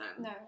No